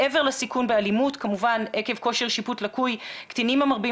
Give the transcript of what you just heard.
מעבר לסיכון באלימות כמובן עקב כושר שיפוט לקוי קטינים המרבים